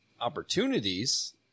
opportunities